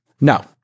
No